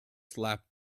slapped